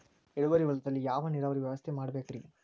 ಇಳುವಾರಿ ಹೊಲದಲ್ಲಿ ಯಾವ ನೇರಾವರಿ ವ್ಯವಸ್ಥೆ ಮಾಡಬೇಕ್ ರೇ?